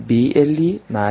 0 system ആണ്